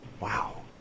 Wow